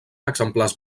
exemplars